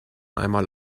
einmal